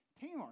Tamar